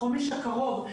החומש הקרוב,